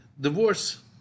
divorce